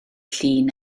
llun